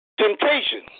temptation